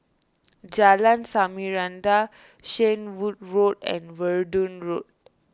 Jalan Samarinda Shenvood Road and Verdun Road